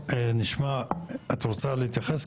את רוצה להתייחס?